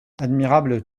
admirable